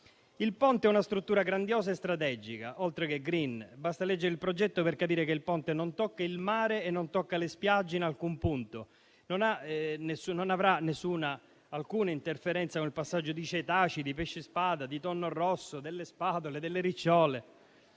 Il Ponte è una struttura grandiosa e strategica, oltre che *green*. Basta leggere il progetto per capire che il Ponte non tocca il mare e le spiagge in alcun punto. Non avrà alcuna interferenza con il passaggio di cetacei, di pesci spada, di tonno rosso, delle spatole, delle ricciole,